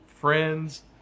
friends